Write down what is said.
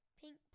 Pink